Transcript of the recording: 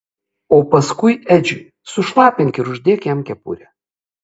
o paskui edžiui sušlapink ir uždėk jam kepurę